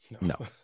No